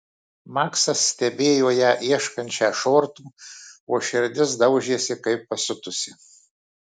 maksas stebėjo ją ieškančią šortų o širdis daužėsi kaip pasiutusi